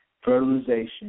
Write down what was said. fertilization